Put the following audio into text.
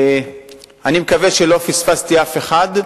אני מקווה שלא פספסתי אף אחד.